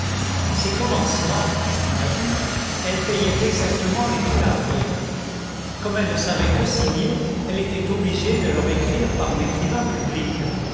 en ces commencements on l'a vu elle payait exactement les thénardier comme elle ne savait que signer elle était obligée de leur écrire par un écrivain public